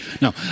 No